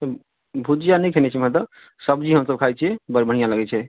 ओ भुजिआ नहि खेने छी हम एतय सब्जी हमसभ खाइ छी बड़ बढ़िआँ लगै छै